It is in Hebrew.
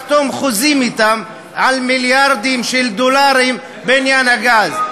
לחתום חוזים אתם על מיליארדים של דולרים בעניין הגז.